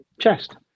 chest